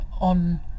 on